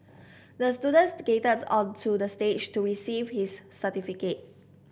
the student skated onto the stage to receive his certificate